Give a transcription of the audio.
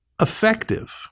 effective